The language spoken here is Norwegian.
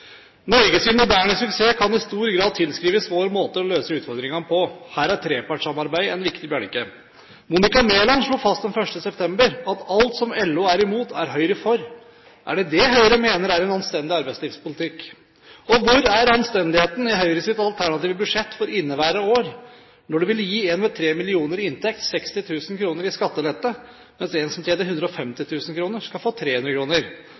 moderne suksess kan i stor grad tilskrives vår måte å løse utfordringene på. Her er trepartssamarbeid en viktig bjelke. Monica Mæland slo fast 1. september at alt som LO er imot, er Høyre for. Er det dette Høyre mener er en anstendig arbeidslivspolitikk? Og hvor er anstendigheten i Høyres alternative budsjett for inneværende år, når man vil gi en med 3 mill. kr i inntekt 60 000 kr i skattelette, mens en som tjener 150 000 kr, skal få 300